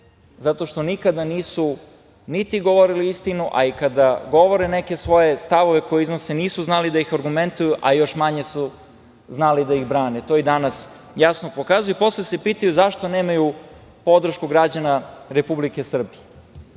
zato što nikada nisu niti govorili istinu, a i kada govore neke svoje stavove koje iznose nisu znali da ih argumentuju, a još manje su znali da ih brane. To i danas jasno pokazuju. Posle se pitaju zašto nemaju podršku građana Republike Srbije. Pričali